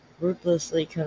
Ruthlessly